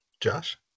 Josh